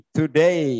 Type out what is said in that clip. today